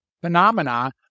phenomena